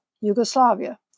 Yugoslavia